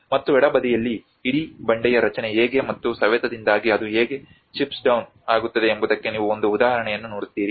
ಮತ್ತು ಎಡಬದಿಯಲ್ಲಿ ಇಡೀ ಬಂಡೆಯ ರಚನೆ ಹೇಗೆ ಮತ್ತು ಸವೆತದಿಂದಾಗಿ ಅದು ಹೇಗೆ ಚಿಪ್ಸ್ ಡೌನ್ ಆಗುತ್ತದೆ ಎಂಬುದಕ್ಕೆ ನೀವು ಒಂದು ಉದಾಹರಣೆಯನ್ನು ನೋಡುತ್ತೀರಿ